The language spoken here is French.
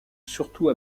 surtout